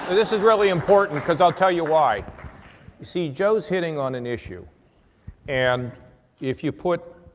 and this is really important because i'll tell you why. you see joe's hitting on an issue and if you put,